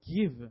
give